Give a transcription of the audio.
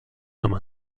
comme